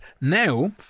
now